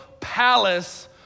palace